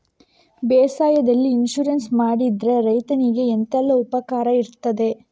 ಬೇಸಾಯಕ್ಕೆ ಇನ್ಸೂರೆನ್ಸ್ ಮಾಡಿದ್ರೆ ರೈತನಿಗೆ ಎಂತೆಲ್ಲ ಉಪಕಾರ ಇರ್ತದೆ?